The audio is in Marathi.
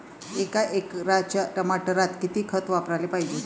एका एकराच्या टमाटरात किती खत वापराले पायजे?